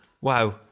Wow